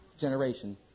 generation